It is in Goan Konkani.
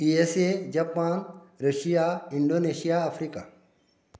E S A Japan Russia Indonesia Africa